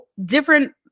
different